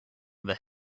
the